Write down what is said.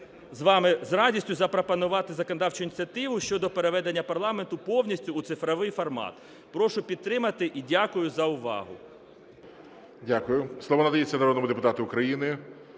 з вами з радістю запропонувати законодавчу ініціативу щодо переведення парламенту повністю у цифровий формат. Прошу підтримати. І дякую за увагу. ГОЛОВУЮЧИЙ. Дякую. Слово надається народному депутату України